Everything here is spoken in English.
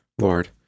Lord